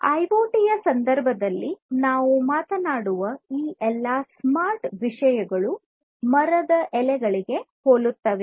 IoT ಯ ಸಂದರ್ಭದಲ್ಲಿ ನಾವು ಮಾತನಾಡುವ ಈ ಎಲ್ಲಾ ಸ್ಮಾರ್ಟ್ ವಿಷಯಗಳು ಮರದ ಎಲೆಗಳಿಗೆ ಹೋಲುತ್ತವೆ